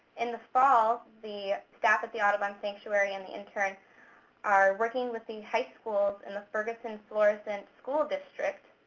in the fall, the staff at the audubon sanctuary and the interns are working with the high schools in the ferguson-florissant school district.